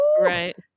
Right